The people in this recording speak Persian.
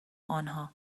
آنها